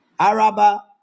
Araba